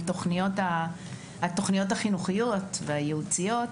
על התכניות החינוכיות והייעוציות,